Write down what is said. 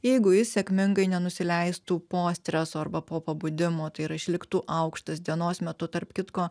jeigu jis sėkmingai nenusileistų po streso arba po pabudimo tai yra išliktų aukštas dienos metu tarp kitko